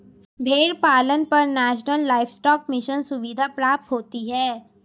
भेड़ पालन पर नेशनल लाइवस्टोक मिशन सुविधा प्राप्त होती है